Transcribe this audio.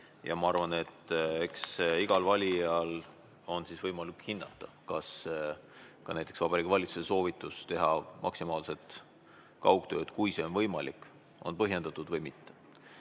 Ma arvan, et eks igal valijal on võimalik hinnata, kas näiteks Vabariigi Valitsuse soovitus teha maksimaalselt kaugtööd, kui see on võimalik, on põhjendatud või mitte.